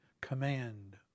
command